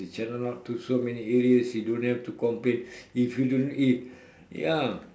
they channel out to so many areas you don't have to complain if you don't if ya